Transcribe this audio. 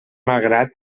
malgrat